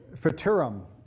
futurum